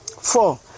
Four